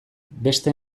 beste